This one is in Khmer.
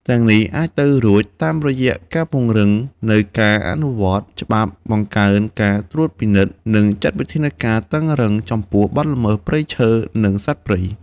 ទាំងនេះអាចទៅរួច តាមរយៈការពង្រឹងនៅការអនុវត្តច្បាប់ បង្កើនការត្រួតពិនិត្យ និងចាត់វិធានការតឹងរ៉ឹងចំពោះបទល្មើសព្រៃឈើ និងសត្វព្រៃ។